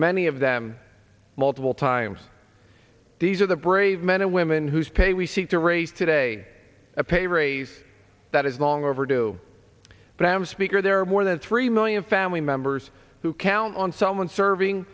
many of them multiple times these are the brave men and women whose pay we seek to raise today a pay raise that is long overdue but i am speaker there are more than three million family members who count on someone serving